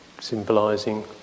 symbolizing